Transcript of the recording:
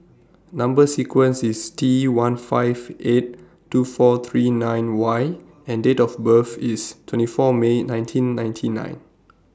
Number sequence IS T one five eight two four three nine Y and Date of birth IS twenty four May nineteen ninety nine